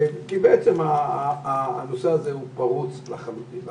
בעצם הנושא הזה פרוץ לחלוטין.